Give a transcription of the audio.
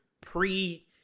pre